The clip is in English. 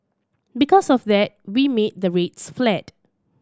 because of that we made the rates flat